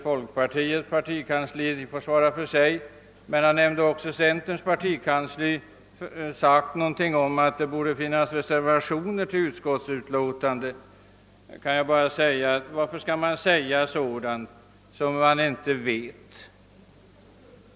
Folkpartiet får svara för sig, men han nämnde också centerns partikansli i samband med talet om att det krävts att det skulle finnas reservationer till utskottsutlåtandet. Varför skall man säga sådant som man inte vet?